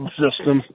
system